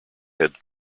head